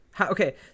Okay